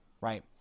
right